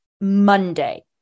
Monday